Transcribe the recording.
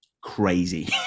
crazy